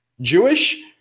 Jewish